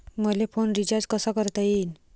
मले phone recharge कसा करता येईन?